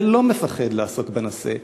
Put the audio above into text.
ולא פוחד לעסוק בנושא,